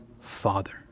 father